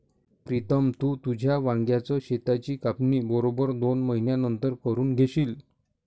प्रीतम, तू तुझ्या वांग्याच शेताची कापणी बरोबर दोन महिन्यांनंतर करून घेशील